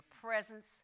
presence